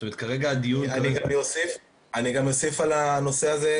זאת אומרת כרגע הדיון --- אני גם אוסיף על הנושא הזה,